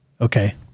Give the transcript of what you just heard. Okay